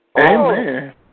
Amen